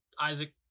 Isaac